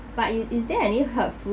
but is is there any hurtful~